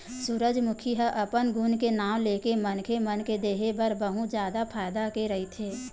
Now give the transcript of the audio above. सूरजमूखी ह अपन गुन के नांव लेके मनखे मन के देहे बर बहुत जादा फायदा के रहिथे